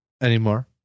anymore